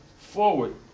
forward